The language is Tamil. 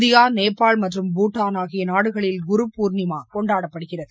இந்தியா நேபாள் மற்றும் பூட்டான் ஆகிய நாடுகளில் குரு பூர்ணிமா கொண்டாடப்படுகிது